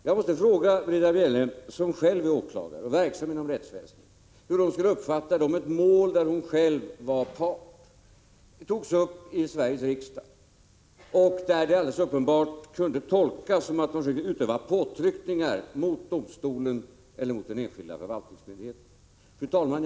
Jag måste fråga Britta Bjelle, som själv är åklagare och verksam inom rättsväsendet, hur hon skulle uppfatta det om ett mål där hon själv var part togs upp i Sveriges riksdag och det helt uppenbart kunde tolkas så att man försökte utöva påtryckningar på domstolen eller på den enskilda förvaltningsmyndigheten. Fru talman!